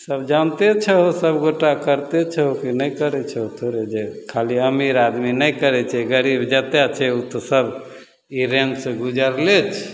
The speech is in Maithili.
सब जानिते छहो सभगोटा करिते छहो कि नहि करै छहो थोड़े जे खाली अमीर आदमी नहि करै छै गरीब जतेक छै ओ तऽ सभ ई लाइनसे गुजरले छै